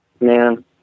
man